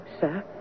sir